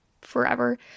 forever